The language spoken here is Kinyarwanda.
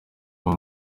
uba